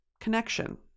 connection